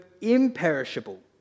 imperishable